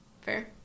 Fair